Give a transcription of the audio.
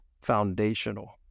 foundational